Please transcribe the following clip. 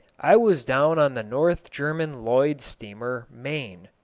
i was down on the north german lloyd steamer main,